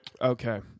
Okay